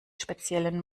speziellen